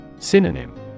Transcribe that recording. Synonym